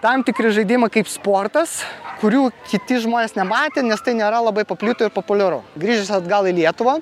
tam tikri žaidimai kaip sportas kurių kiti žmonės nematė nes tai nėra labai paplito ir populiaru grįžęs atgal į lietuvą